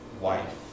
wife